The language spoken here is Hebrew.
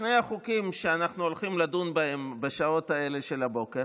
שני החוקים שאנחנו הולכים לדון בהם בשעות האלה של הבוקר,